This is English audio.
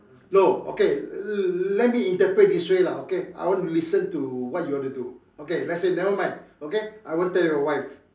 no okay let me interpret this way lah okay I want to listen to what you want to do okay let's say never mind okay I won't tell your wife